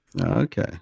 Okay